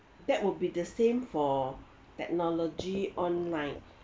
that would be the same for technology online